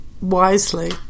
wisely